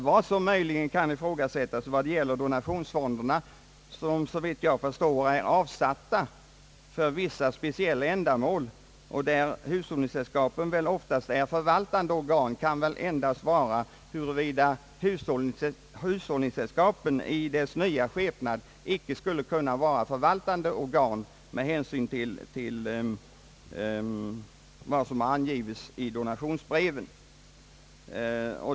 Vad som möjligen kan ifrågasättas vad gäller donationsfonderna som, såvitt jag förstår, är avsatta för vissa speciella ändamål och där hushållningssällskapen väl oftast bara är förvaltande organ, kan väl endast vara, huruvida hushållningssällskapen i sin skepnad icke skulle kunna vara sådant förvaltande organ längre med hänsyn till villkoren i donationsbreven.